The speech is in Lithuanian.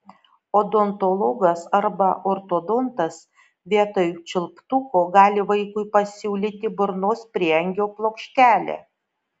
odontologas arba ortodontas vietoj čiulptuko gali vaikui pasiūlyti burnos prieangio plokštelę